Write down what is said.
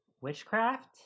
witchcraft